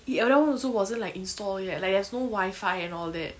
ya that one also wasn't like installed yet like there's no wi-fi and all that